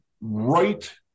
right